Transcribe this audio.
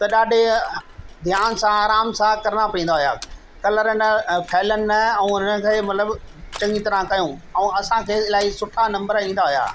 त ॾाढे ध्यान सां आराम सां करिणा पवंदा हुआ कलर न फैलनि न ऐं इन्हनि खे मतिलबु चङी तरह कयूं ऐं असांखे इलाही सुठा नम्बर ईंदा हुआ